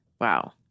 wow